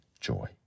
joy